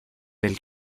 del